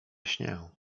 śnię